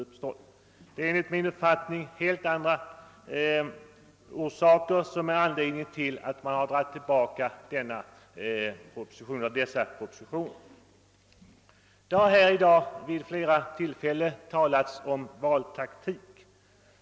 Det är enligt min uppfattning helt andra omständigheter som föranlett tillbakadragandet av propositionen. Det har i dag vid flera tillfällen talats om valtaktik.